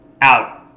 out